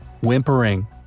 Whimpering